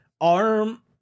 arm